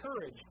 courage